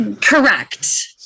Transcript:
Correct